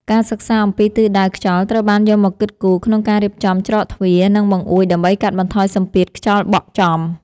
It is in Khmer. ការសិក្សាអំពីទិសដៅខ្យល់ត្រូវបានយកមកគិតគូរក្នុងការរៀបចំច្រកទ្វារ និង បង្អួចដើម្បីកាត់បន្ថយសម្ពាធខ្យល់បក់ចំ។